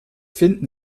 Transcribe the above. finden